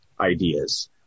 ideas